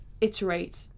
iterate